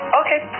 okay